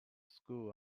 school